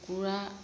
কুকুৰা